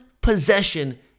possession